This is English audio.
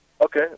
Okay